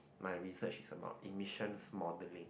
my research is about emissions modeling